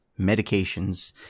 medications